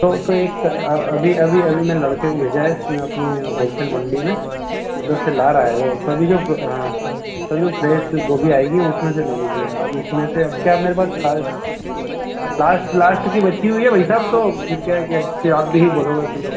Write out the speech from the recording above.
तो तो एक अभी अभी अभी मैं लड़के को भेजा है अपने होलसेल मंडी में उधर से ला रहा है वह तभी जो हाँ तभी फ्रेश गोभी आएगी उसमें से ले लीजिएगा अब इसमें से अब क्या मेरे पास लास्ट लास्ट लास्ट की बची हुई हैं भाई साहब तो फिर क्या है क्या है फिर आप भी बोलोगे कि लोग